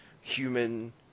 human